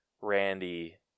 Randy